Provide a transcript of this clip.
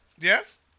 yes